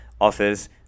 offers